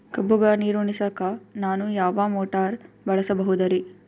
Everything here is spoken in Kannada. ಕಬ್ಬುಗ ನೀರುಣಿಸಲಕ ನಾನು ಯಾವ ಮೋಟಾರ್ ಬಳಸಬಹುದರಿ?